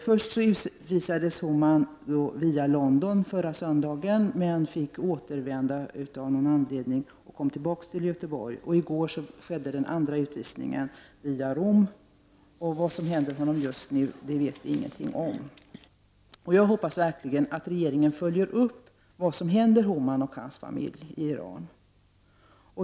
Förra söndagen utvisades Homan Yousefi via London men fick av någon anledning återvända och kom tillbaka till Göteborg. I går ägde den andra utvisningen rum via Rom. Vad som händer honom just nu vet vi ingenting om. Jag hoppas verkligen att regeringen följer vad som händer Homan Yousefi och hans familj i Iran.